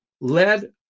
led